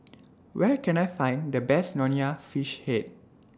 Where Can I Find The Best Nonya Fish Head